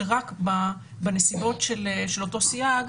שרק בנסיבות של אותו סייג,